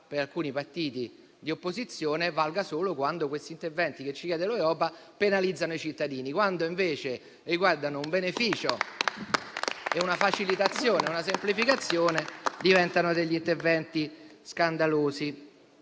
per alcuni partiti di opposizione valga solo quando questi interventi che ci chiede l'Europa penalizzano i cittadini; quando invece riguardano un beneficio, una facilitazione o una semplificazione, diventano interventi scandalosi.